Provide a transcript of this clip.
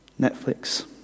Netflix